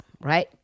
right